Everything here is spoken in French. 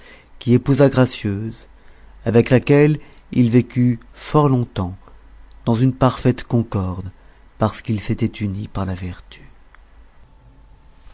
qui épousa gracieuse avec laquelle il vécut fort longtemps dans une parfaite concorde parce qu'ils s'étaient unis par la vertu